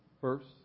first